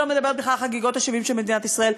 אני לא מדברת בכלל על חגיגות ה-70 של מדינת ישראל,